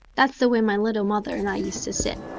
that's the way my little mother and i used to sit.